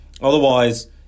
Otherwise